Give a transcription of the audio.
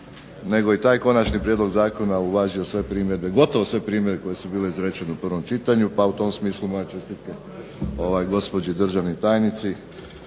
nego i taj konačni prijedlog zakona je uvažio sve primjedbe, gotovo sve primjedbe, koje su bile izrečene u prvom čitanju pa u tom smislu moja čestitka gospođi državnoj tajnici